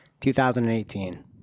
2018